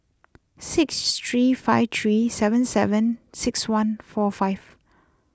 six three five three seven seven six one four five